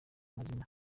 mazima